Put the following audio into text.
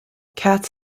katz